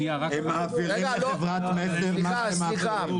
הם מעבירים לחברת מסר מה שמעבירים.